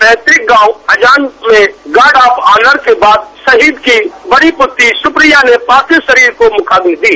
पैतक गॉव अजान में गार्ड ऑफ ऑनर के बाद शहीद की बड़ी पृत्री सप्रिया ने पार्थिव शरीर को मुखान्नि दी